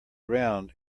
round